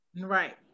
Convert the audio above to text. right